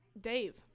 Dave